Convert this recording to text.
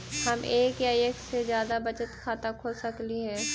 हम एक या एक से जादा बचत खाता खोल सकली हे?